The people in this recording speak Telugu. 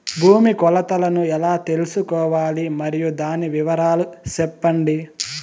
భూమి కొలతలను ఎలా తెల్సుకోవాలి? మరియు దాని వివరాలు సెప్పండి?